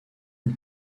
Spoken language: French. une